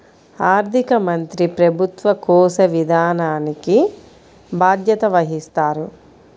ఆర్థిక మంత్రి ప్రభుత్వ కోశ విధానానికి బాధ్యత వహిస్తారు